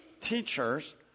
teachers